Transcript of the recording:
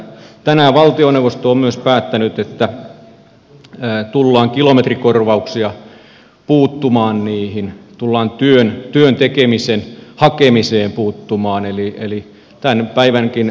tänään valtioneuvosto on myös päättänyt että tullaan kilometrikorvauksiin puuttumaan tullaan työn tekemisen hakemiseen puuttumaan eli tämän päivänkin kestävän rakenteen